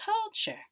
culture